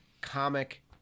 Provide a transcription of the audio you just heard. comic